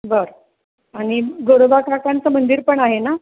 बरं आणि गोरोबा काकांचं मंदिर पण आहे ना